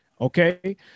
Okay